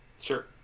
Sure